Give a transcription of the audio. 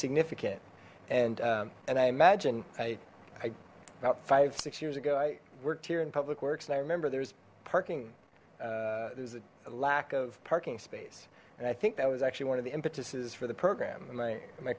significant and and i imagine i i about five six years ago i worked here in public works and i remember there's parking there was a lack of parking space and i think that was actually one of the impetuses for the program am i am i